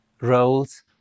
roles